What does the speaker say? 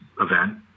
event